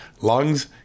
lungs